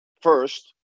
first